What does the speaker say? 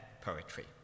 poetry